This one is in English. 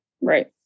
Right